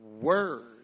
word